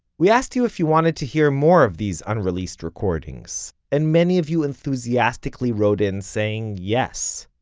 we asked you if you wanted to hear more of these unreleased recordings, and many of you enthusiastically wrote in saying yes.